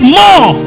more